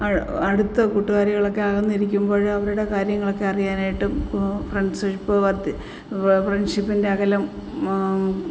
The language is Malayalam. അടുത്ത് കൂട്ടുകാരികളൊക്കെ അകന്നിരിക്കുമ്പോള് അവരുടെ കാര്യങ്ങളൊക്കെ അറിയാനായിട്ടും ഫ്രണ്ട്സിപ്പ് ഫ്രണ്ട്ഷിപ്പിന്റെ അകലം